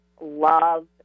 love